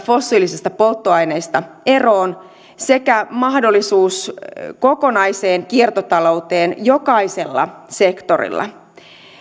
fossiilisista polttoaineista eroon pääsemisestä sekä mahdollisuus kokonaiseen kiertotalouteen jokaisella sektorilla